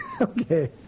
Okay